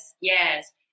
yes